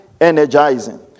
energizing